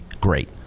great